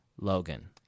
Logan